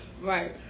Right